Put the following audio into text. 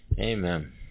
Amen